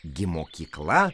gi mokykla